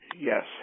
Yes